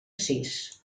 sis